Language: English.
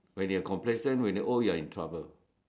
when you're complacent and you're old you're in trouble